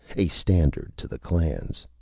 a standard to the clans.